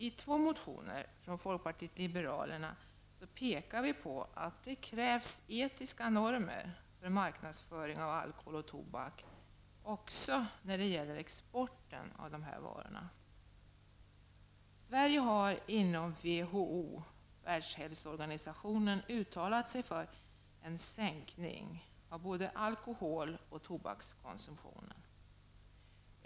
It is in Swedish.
I två motioner från folkpartiet liberalerna pekar vi på att det krävs etiska normer för marknadsföring av alkohol och tobak också när det gäller exporten av dessa varor. Sverige har inom WHO uttalat sig för en sänkning av såväl alkohol som tobakskonsumtionen.